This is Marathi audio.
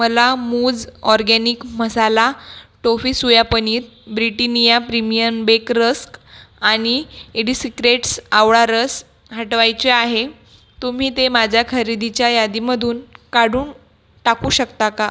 मला मूज ऑर्गेनिक मसाला टोफी soya paneer Britannia premium bake rusk आणि ईडीसिक्रेट्स आवळा रस हटवायचे आहे तुम्ही ते माझ्या खरेदीच्या यादीमधून काढून टाकू शकता का